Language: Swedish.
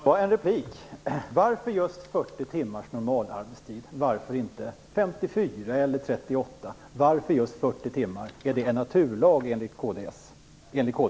Herr talman! Varför är just 40 timmar normalarbetstid? Varför är det inte 54 eller 38 timmar? Varför är det just 40 timmar? Är det en naturlag enligt kd?